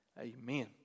amen